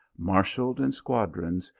marshalled in squadrons,